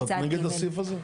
אז את נגד הסעיף הזה?